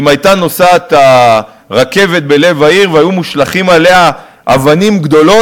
אם הייתה נוסעת הרכבת בלב העיר והיו מושלכות עליה אבנים גדולות.